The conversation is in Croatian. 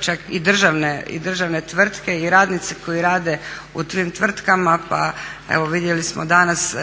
čak i državne tvrtke i radnici koji rade u tim tvrtkama, pa evo vidjeli smo danas